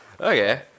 Okay